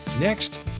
next